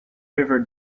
river